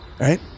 Right